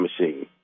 machine